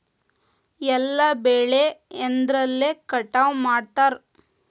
ಎಲ್ಲ ಬೆಳೆ ಎದ್ರಲೆ ಕಟಾವು ಮಾಡ್ತಾರ್?